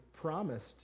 promised